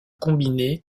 combiné